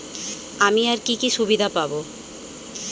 আমি আর কি কি সুবিধা পাব?